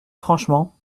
franchement